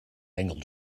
angled